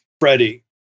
Freddie